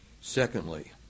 Secondly